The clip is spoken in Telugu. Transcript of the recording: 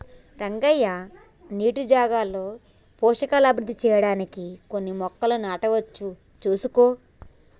రంగయ్య నీటి జాగాలో పోషకాలు అభివృద్ధి సెయ్యడానికి కొన్ని మొక్కలను నాటవచ్చు సూసుకో